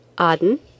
Aden